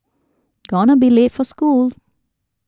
gonna be late for school